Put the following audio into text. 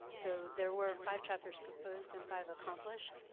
so there were five chapters proposed and five accomplished.